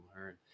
learn